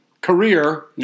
career